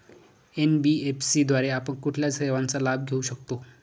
NBFC द्वारे आपण कुठल्या सेवांचा लाभ घेऊ शकतो?